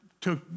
took